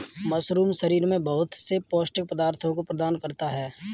mushroom शरीर में बहुत से पौष्टिक पदार्थों को प्रदान करता है